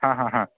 ಹಾಂ ಹಾಂ ಹಾಂ